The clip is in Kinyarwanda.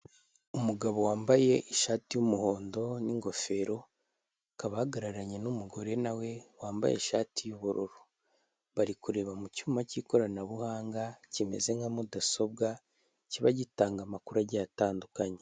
Umugabo wambaye ishati y'umuhondo n'ingofero akaba ahagararanye n'umugore ,nawe wambaye ishati y'ubururu bari kureba mu cyuma cy'ikoranabuhanga kimeze nka mudasobwa ,kiba gitanga amakuru agiye atandukanye.